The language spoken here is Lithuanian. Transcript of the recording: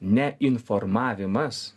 ne informavimas